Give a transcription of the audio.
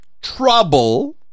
trouble